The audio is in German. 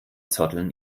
zotteln